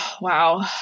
Wow